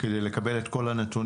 כדי לקבל את כל הנתונים,